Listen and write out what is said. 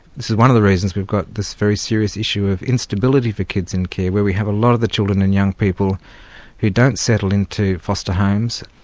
this is one of the reasons we've got this very serious issue of instability for kids in care, where we have a lot of the children and young people who don't settle into foster homes,